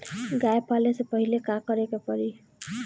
गया पाले से पहिले का करे के पारी?